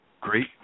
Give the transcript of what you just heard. great